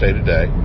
Today